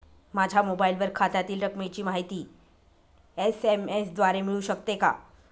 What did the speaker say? माझ्या मोबाईलवर खात्यातील रकमेची माहिती एस.एम.एस द्वारे मिळू शकते का?